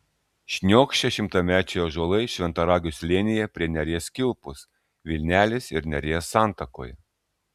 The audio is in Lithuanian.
šniokščia šimtamečiai ąžuolai šventaragio slėnyje prie neries kilpos vilnelės ir neries santakoje